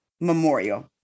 memorial